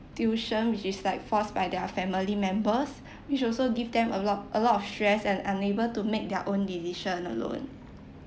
tuition which is like forced by their family members which also give them a lot a lot of stress and unable to make their own decision alone